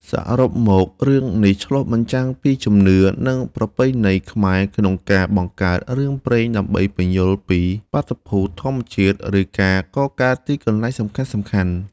សរុបមករឿងនេះឆ្លុះបញ្ចាំងពីជំនឿ និងប្រពៃណីខ្មែរក្នុងការបង្កើតរឿងព្រេងដើម្បីពន្យល់ពីបាតុភូតធម្មជាតិ ឬការកកើតទីកន្លែងសំខាន់ៗ។